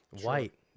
White